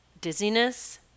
dizziness